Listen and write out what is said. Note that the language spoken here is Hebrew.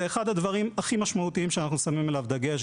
זה אחד הדברים הכי משמעותיים שאנחנו שמים עליו דגש,